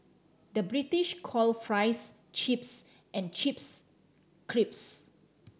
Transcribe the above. the British call fries chips and chips crisps